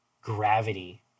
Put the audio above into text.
gravity